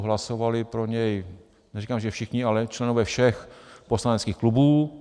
Hlasovali pro něj, neříkám že všichni, ale členové všech poslaneckých klubů.